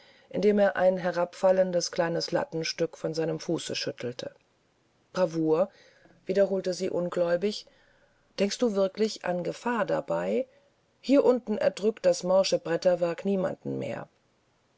indem er ein herabgefallenes kleines lattenstück von seinem fuße schüttelte bravour wiederholte sie ungläubig denkst du wirklich an gefahr dabei hier unten erdrückt das morsche bretterwerk niemand mehr